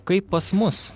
kaip pas mus